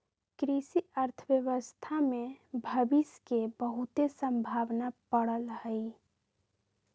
कृषि अर्थशास्त्र में भविश के बहुते संभावना पड़ल हइ